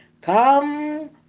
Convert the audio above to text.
come